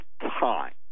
time